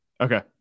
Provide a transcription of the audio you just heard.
Okay